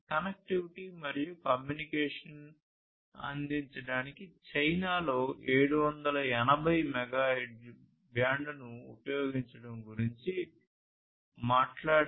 connectivity మరియు communication అందించడానికి చైనాలో 780 మెగాహెర్ట్జ్ బ్యాండ్ను ఉపయోగించడం గురించి మాట్లాడే 802